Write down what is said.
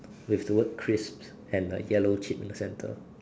with the word crisp and a yellow chip in the center